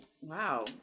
wow